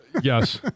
Yes